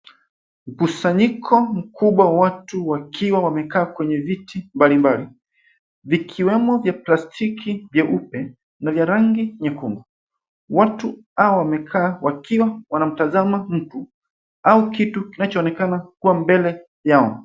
Mkusanyiko mkubwa wa watu na watu wakiwa wamevaa kwenye viti mbali mbali vikiwemo vya plastiki vyeupe na vya rangi nyekundu watu hawa wamekaa wakiwa wanamtazama mtu au kitu kinachoonekana kuwa mbele yao.